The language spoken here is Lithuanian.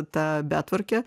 ta betvarkė